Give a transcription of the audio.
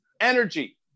Energy